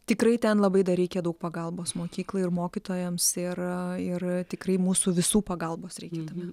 tikrai ten labai dar reikia daug pagalbos mokyklai ir mokytojams ir ir tikrai mūsų visų pagalbos reikia tame